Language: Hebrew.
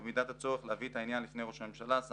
ובמידת הצורך להביא את העניין לפני ראש הממשלה,